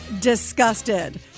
disgusted